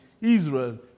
Israel